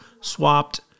swapped